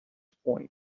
point